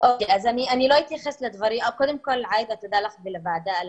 נקודה נוספת זה עובדות משק בית שעוד לא זכו לפתרון.